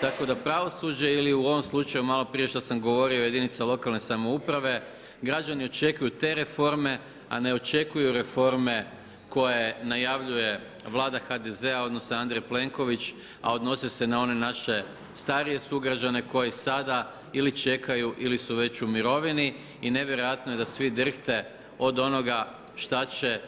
Tako da pravosuđe ili u ovom slučaju maloprije prije što sam govorio jedinice lokalne samouprave, građani očekuju te reforme a ne očekuju reforme koje najavljuje Vlada HDZ-a odnosno Andrej Plenković a odnosi se na one naše starije sugrađane koji sada ili čekaju ili su već u mirovini i nevjerojatno je da svi drhte od onoga šta će